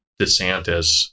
DeSantis